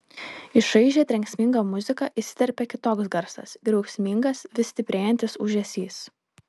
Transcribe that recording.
į šaižią trenksmingą muziką įsiterpia kitoks garsas griausmingas vis stiprėjantis ūžesys